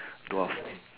dwarf